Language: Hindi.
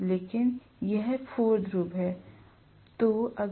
लेकिन यह 4 ध्रुव आदि के लिए घाव है